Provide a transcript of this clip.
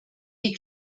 die